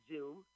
Zoom